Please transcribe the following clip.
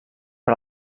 per